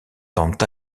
tentent